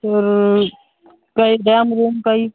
तर काही